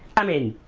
i mean,